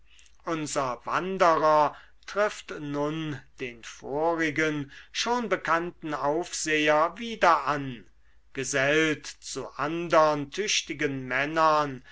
unser wanderer trifft nun den vorigen schon bekannten aufseher wieder an gesellt zu andern tüchtigen männern